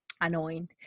annoying